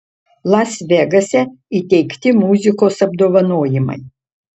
las vegase įteikti muzikos apdovanojimai